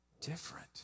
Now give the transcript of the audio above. different